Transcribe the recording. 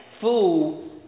fool